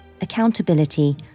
accountability